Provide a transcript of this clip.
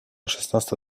szesnasta